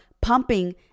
pumping